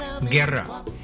Guerra